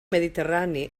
mediterrani